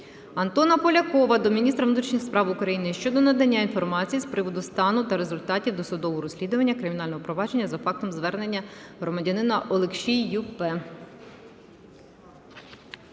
Антона Полякова до міністра внутрішніх справ України щодо надання інформації з приводу стану та результатів досудового розслідування кримінального провадження за фактом звернення громадянина Олекшій Ю.П.